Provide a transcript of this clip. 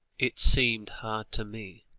it seemed hard to me,